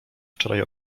wczoraj